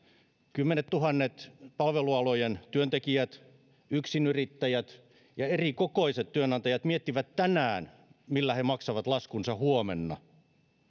kymmenettuhannet palvelualojen työntekijät yksinyrittäjät ja eri kokoiset työnantajat miettivät tänään millä he maksavat laskunsa huomenna